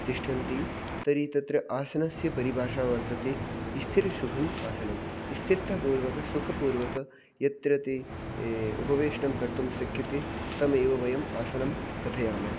तिष्ठन्ति तर्हि तत्र आसनस्य परिभाषा वर्तते स्थिरं सुखम् आसनम् स्थिरतापूर्वकं सुखपूर्वकं यत्र ते उपवेशनं कर्तुं शक्यते तमेव वयम् आसनं कथयामः